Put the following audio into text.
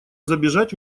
забежать